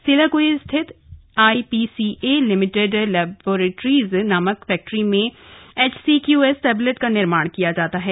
सेलाक्ई स्थित IPCA limited Ipca laboratories नामक फैक्ट्री में एचसीक्यूएस टैबलेट का निर्माण किया जाता है